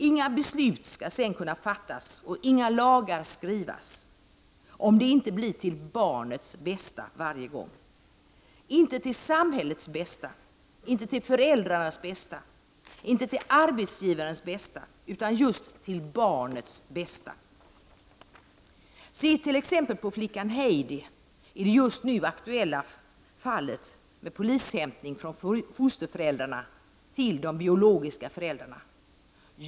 Inga beslut skall kunna fattas och inga lagar skrivas om det inte blir till barnets bästa varje gång — inte till samhällets bästa, inte till föräldrarnas bästa, inte till arbetsgivarens bästa utan just till barnets bästa. Se t.ex. på flickan Heidi i det just nu aktuella fallet med polishämtning från fosterföräldrarna till de biologiska föräldrarna.